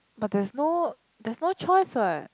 but there's no there's no choice what